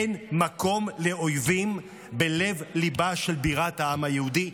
אין מקום לאויבים בלב-ליבה של בירת העם היהודי.